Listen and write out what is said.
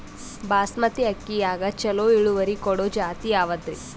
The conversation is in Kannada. ಬಾಸಮತಿ ಅಕ್ಕಿಯಾಗ ಚಲೋ ಇಳುವರಿ ಕೊಡೊ ಜಾತಿ ಯಾವಾದ್ರಿ?